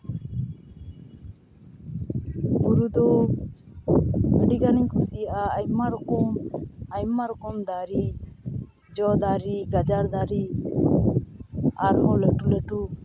ᱵᱩᱨᱩ ᱫᱚ ᱟᱹᱰᱤ ᱜᱟᱱᱤᱧ ᱠᱩᱥᱤᱭᱟᱜᱼᱟ ᱟᱭᱢᱟ ᱨᱚᱠᱚᱢ ᱟᱭᱢᱟ ᱨᱚᱠᱚᱢ ᱫᱟᱨᱮ ᱡᱚ ᱫᱟᱨᱮ ᱜᱟᱡᱟᱲ ᱫᱟᱨᱮ ᱟᱨᱦᱚᱸ ᱞᱟᱹᱴᱩ ᱞᱟᱹᱴᱩ